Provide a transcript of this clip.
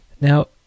Now